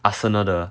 arsenal 的